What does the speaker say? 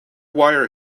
wire